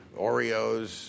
Oreos